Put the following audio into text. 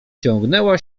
ciągnęła